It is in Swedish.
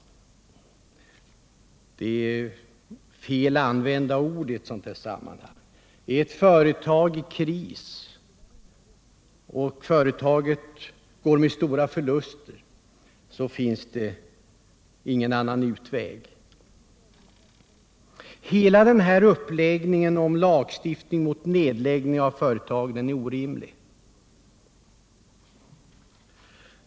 Det är felanvända ord i ett sådant här sammanhang. I ett företag i kris, ett företag som går med stora förluster, finns det ingen annan utväg. Hela den här uppläggningen med tal om lagstiftning mot nedläggning av företag är orimlig.